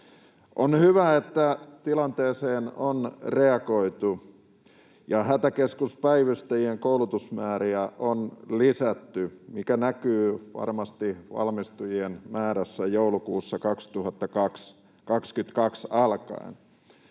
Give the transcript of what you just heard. On hyvä, että tilanteeseen on reagoitu ja hätäkeskuspäivystäjien koulutusmääriä on lisätty, mikä näkyy varmasti valmistujien määrässä joulukuusta 2022 alkaen.